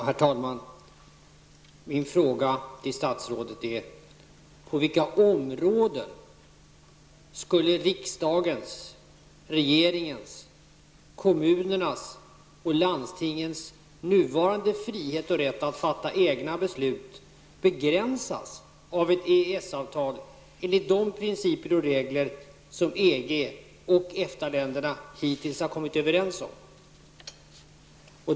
Herr talman! Min första fråga till statsrådet är: På vilka områden skulle riksdagens, regeringens, kommunernas och landstingens nuvarande frihet och rätt att fatta egna beslut begränsas av ett EES avtal enligt de principer och regler som EG och EFTA-länderna hittills har kommit överens om?